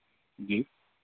जी